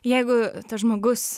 jeigu tas žmogus